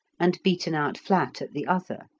and beaten out flat at the other.